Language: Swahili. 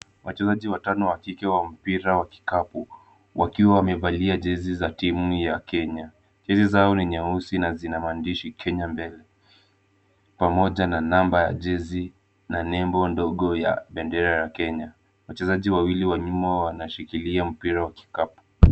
Wachezaji watano wa kike wa mpira wa kikapu wakiwa wamevalia jesi za timu ya kenya. Jesi zao ni nyeusi na zina maandishi'Kenya' mbele pamoja na namba ya jesi na nembo ndogo ya bendera ya Kenya. Wachezaji wawili wa nyuma wameshikilia mpira wa kikapu.